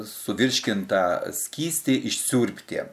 suvirškintą skystį išsiurbti